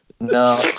No